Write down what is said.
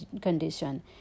condition